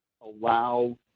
allow